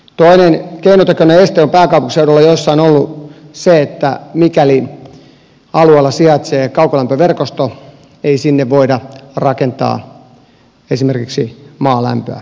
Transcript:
toinen keinotekoinen este on pääkaupunkiseudulla jossain ollut se että mikäli alueella sijaitsee kaukolämpöverkosto ei sinne voida rakentaa esimerkiksi maalämpöä tuottavaa taloa